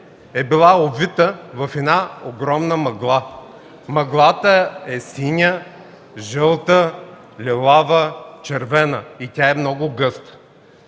е била обвита в една огромна мъгла. Мъглата е синя, жълта, лилава, червена. И тя е много гъста.